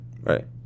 right